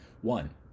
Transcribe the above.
one